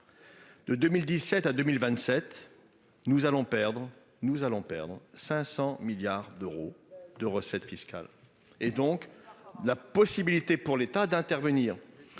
allons perdre nous allons perdre 500 milliards d'euros de recettes fiscales et donc la possibilité pour l'État d'intervenir.